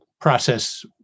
process